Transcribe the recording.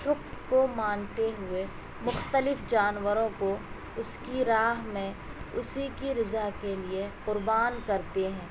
حکم کو مانتے ہوئے مختلف جانوروں کو اس کی راہ میں اسی کی رضا کے لیے قربان کرتے ہیں